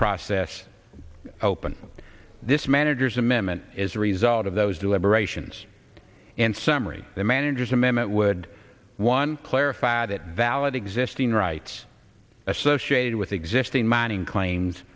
process open this manager's amendment is the result of those deliberations and summary the manager's amendment would one clarify that valid existing rights associated with existing mining cla